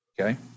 okay